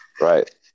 right